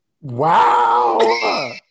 Wow